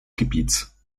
gebiets